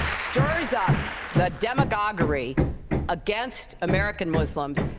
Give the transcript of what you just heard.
stirs up the demagoguery against american muslims,